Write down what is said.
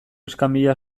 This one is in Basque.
iskanbila